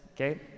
okay